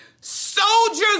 soldiers